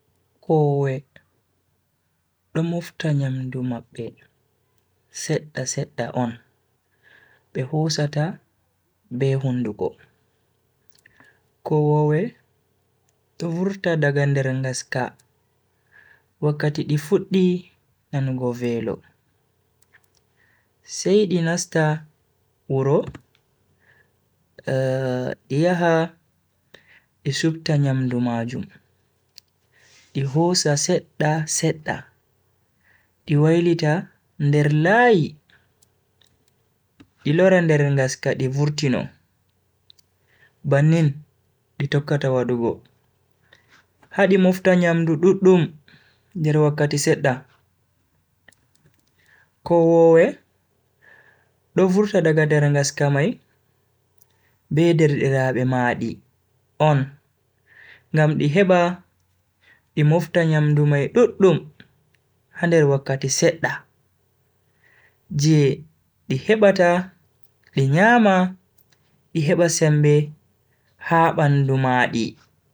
Koowe do mofta nyamdu mabbe sedda sedda on be hosata be hunduko. Kowoowe do vurta daga nder gaska wakkati di fuddi nanugo velo, sai di nasta wuro di yaha di supta nyamdu majum, di hosa sedda-sedda, di wailita nder laayi, di lora nder gaska di vurtino. bannin di tokkata wadugo ha di mofta nyamdu duddum nder wakkati sedda. kowoowe do vurta daga nder ngaska mai be derdiraabe maadi on ngam di heba di mofta nyamdu mai duddum ha nder wakkkati sedda je di hebata di nyama di heba sembe ha bandu maadi.